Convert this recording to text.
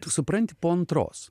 tu supranti po antros